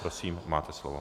Prosím, máte slovo.